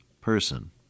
person